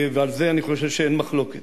ועל זה אני חושב שאין מחלוקת,